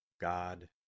God